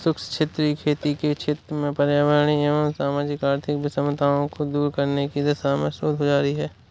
शुष्क क्षेत्रीय खेती के क्षेत्र में पर्यावरणीय एवं सामाजिक आर्थिक विषमताओं को दूर करने की दिशा में शोध जारी है